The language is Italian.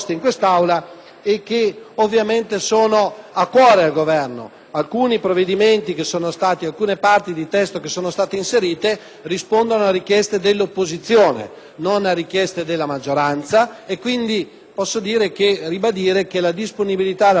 e che ovviamente stanno a cuore al Governo. Alcune parti di testo che sono state inserite rispondono a richieste dell'opposizione, non a richieste della maggioranza, quindi posso ribadire che la disponibilità da parte del Governo